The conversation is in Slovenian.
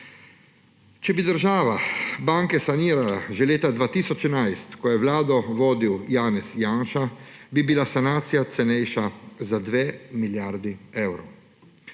Če bi država banke sanirala že leta 2011, ko je vlado vodil Janez Janša, bi bila sanacija cenejša za 2 milijardi evrov.